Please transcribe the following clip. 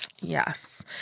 Yes